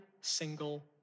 single